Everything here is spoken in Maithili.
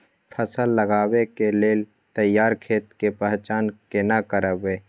फसल लगबै के लेल तैयार खेत के पहचान केना करबै?